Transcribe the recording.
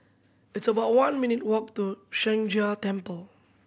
it's about one minute' walk to Sheng Jia Temple